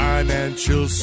Financial